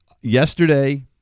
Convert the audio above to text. Yesterday